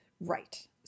Right